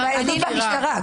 המשטרה.